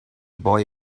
boy